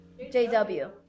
JW